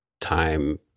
time